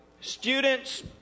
Students